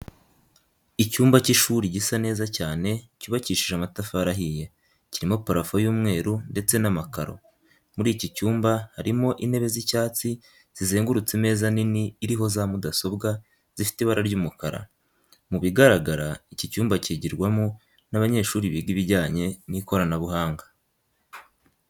Icyumba cy'ishuri gisa neza cyane cyubakishije amatafari ahiye, kirimo parafo y'umweru ndetse n'amakaro. Muri iki cyumba harimo intebe z'icyatsi zizengurutse imeza nini iriho za mudasobwa zifite ibara ry'umukara. Mu bigaragara iki cyumba cyigirwamo n'abanyeshuri biga ibijyanye n'ikoranabuhanga.